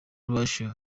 russell